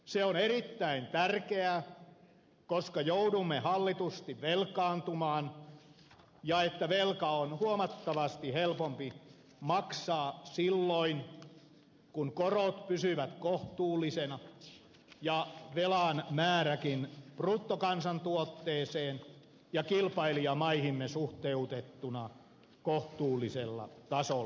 se on erittäin tärkeää koska joudumme hallitusti velkaantumaan ja velkaa on huomattavasti helpompi maksaa silloin kun korot pysyvät kohtuullisena ja velan määräkin bruttokansantuotteeseen ja kilpailijamaihimme suhteutettuna kohtuullisella tasolla